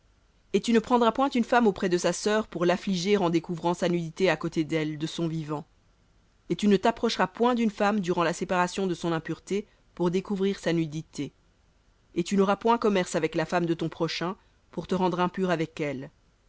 et tu ne prendras point une femme auprès de sa sœur pour l'affliger en découvrant sa nudité à côté d'elle de son vivant et tu ne t'approcheras point d'une femme durant la séparation de son impureté pour découvrir sa nudité et tu n'auras point commerce avec la femme de ton prochain pour te rendre impur avec elle